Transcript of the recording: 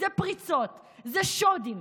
זה פריצות, זה שודים,